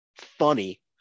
funny